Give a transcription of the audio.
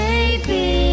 Baby